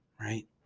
Right